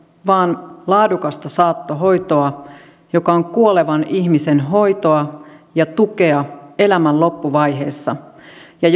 vaan laadukasta saattohoitoa joka on kuolevan ihmisen hoitoa ja tukea elämän loppuvaiheessa ja